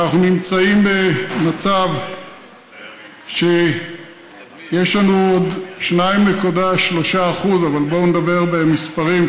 אנחנו נמצאים במצב שיש לנו עוד 2.3% אבל בואו נדבר במספרים,